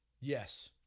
yes